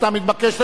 אתה מתבקש,